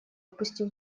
опустив